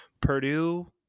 Purdue